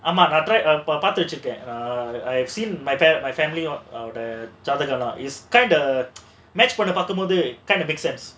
ஆமா பார்த்து வச்சிருக்கேன்:aamaa paarthu vachirukkaen I have seen my my family அவளோட ஜாதகம்லாம்:avaloda jaadhagamlaam they kind of make sense